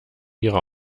ihrer